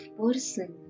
person